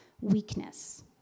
weakness